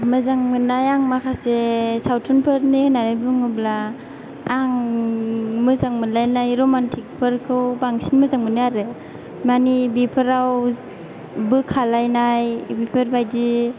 मोजां मोननाय आं माखासे सावथुनफोरनि होननानै बुङोब्ला आं मोजां मोनलायनाय रमान्टिकफोरखौ बांसिन मोजां मोनो आरो माने बेफोराव बोखालायनाय बेफोरबायदि